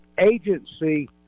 agency